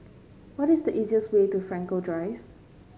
what is the easiest way to Frankel Drive